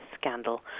scandal